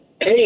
Hey